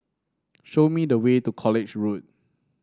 show me the way to College Road